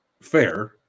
fair